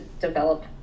develop